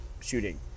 shooting